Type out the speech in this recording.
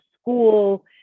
school